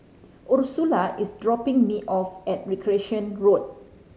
Ursula is dropping me off at Recreation Road